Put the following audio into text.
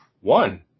One